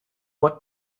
what